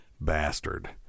bastard